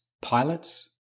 pilots